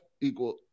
equal